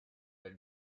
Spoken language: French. elle